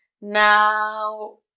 Now